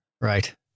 Right